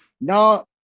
no